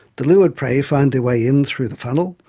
the lured prey find their way in through the funnel,